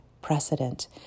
precedent